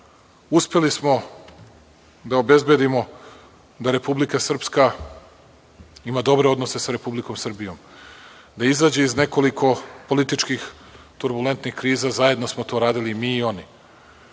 narodu. Uspeli smo da obezbedimo da Republika Srpska ima dobre odnose sa Republikom Srbijom, da izađe iz nekoliko političkih turbulentnih kriza. Zajedno smo to radili i mi i oni.